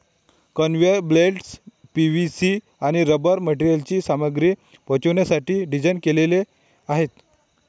conveyor belts PVC आणि rubber मटेरियलची सामग्री पोहोचवण्यासाठी डिझाइन केलेले आहेत